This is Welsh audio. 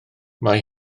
mae